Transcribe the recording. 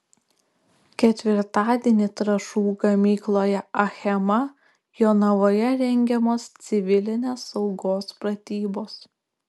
ketvirtadienį trąšų gamykloje achema jonavoje rengiamos civilinės saugos pratybos